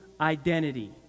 identity